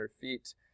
feet